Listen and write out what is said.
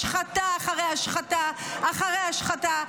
השחתה אחרי השחתה אחרי השחתה,